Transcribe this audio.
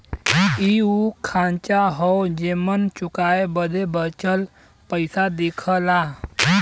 इ उ खांचा हौ जेमन चुकाए बदे बचल पइसा दिखला